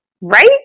Right